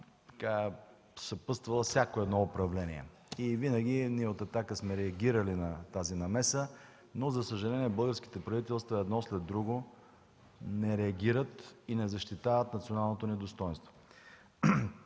съпътстваща всяко едно управление. Ние от „Атака” винаги сме реагирали на тази намеса, но за съжаление българските правителства едно след друго не реагират и не защитават националното ни достойнство.